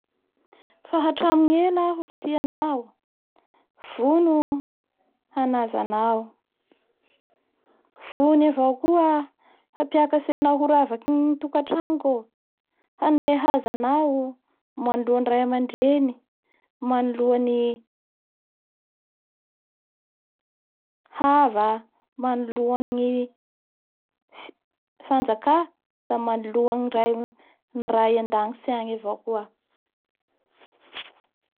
Ka ry zalahy toy moa fa ela no mpinama. Nanomboky fahakelindreo sa andreo vo nianatsy tamin'ny université tangy.